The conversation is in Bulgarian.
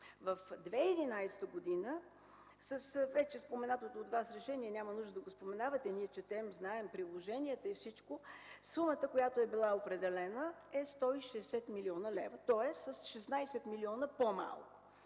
2011 г. със споменатото от Вас решение (няма нужда да го споменавате, ние четем, знаем приложенията и всичко) сумата която е била определена, е 160 млн. лв., тоест с 16 милиона по малко.